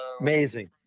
amazing